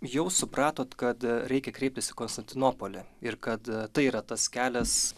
jau supratot kad reikia kreiptis į konstantinopolį ir kad tai yra tas kelias